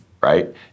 right